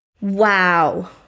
Wow